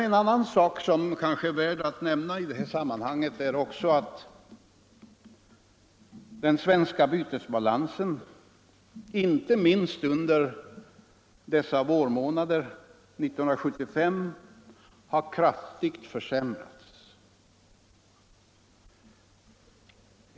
En annan sak, som kanske är värd att nämna i det här sammanhanget, är att den svenska bytesbalansen, inte minst under dessa vårmånader 1975, har kraftigt försämrats.